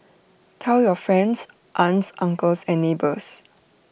tell your friends aunts uncles and neighbours